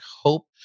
hope